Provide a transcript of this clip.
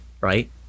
right